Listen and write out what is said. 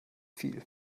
viel